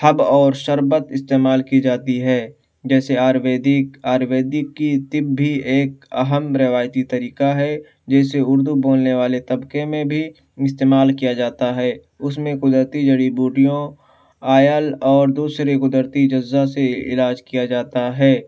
حب اور شربت استعمال کی جاتی ہے جیسے آیورویدک آیورویدک کی طب بھی ایک اہم روایتی طریقہ ہے جسے اردو بولنے والے طبقے میں بھی استعمال کیا جاتا ہے اس میں قدرتی جڑی بوٹیوں آئل اور دوسری قدرتی اجزا سے علاج کیا جاتا ہے